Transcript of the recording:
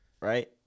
Right